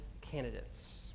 candidates